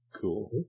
Cool